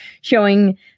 showing